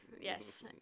Yes